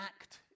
act